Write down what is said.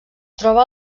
troba